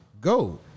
go